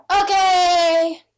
Okay